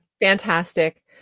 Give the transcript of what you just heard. fantastic